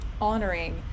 honoring